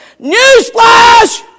Newsflash